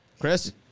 Chris